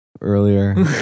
earlier